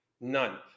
none